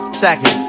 second